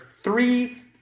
three